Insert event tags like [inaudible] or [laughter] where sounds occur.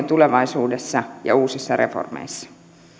[unintelligible] tulevaisuudessa ja uusissa reformeissa